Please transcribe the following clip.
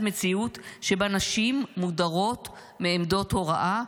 מציאות שבה נשים מודרות מעמדות הוראה,